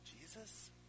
Jesus